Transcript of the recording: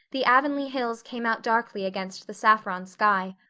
the avonlea hills came out darkly against the saffron sky.